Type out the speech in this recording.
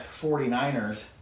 49ers